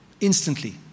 Instantly